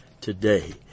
today